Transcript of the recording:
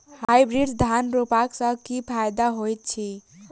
Hybrid धान रोपला सँ की फायदा होइत अछि?